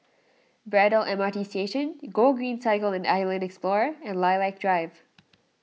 Braddell M R T Station Gogreen Cycle and Island Explorer and Lilac Drive